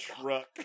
truck